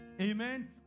Amen